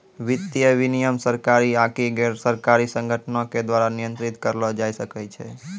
वित्तीय विनियमन सरकारी आकि गैरसरकारी संगठनो के द्वारा नियंत्रित करलो जाय सकै छै